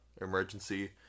emergency